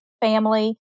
Family